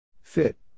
Fit